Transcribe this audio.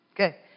Okay